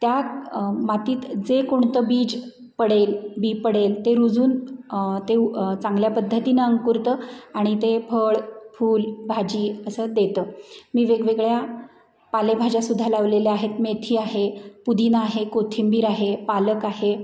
त्या मातीत जे कोणतं बीज पडेल बी पडेल ते रुजून ते चांगल्या पद्धतीनं अंकुरतं आणि ते फळ फूल भाजी असं देतं मी वेगवेगळ्या पालेभाज्यासुद्धा लावलेल्या आहेत मेथी आहे पुदीना आहे कोथिंबीर आहे पालक आहे